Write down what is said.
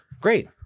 Great